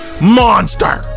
monster